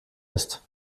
ist